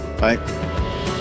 Bye